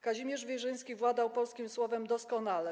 Kazimierz Wierzyński władał polskim słowem doskonale.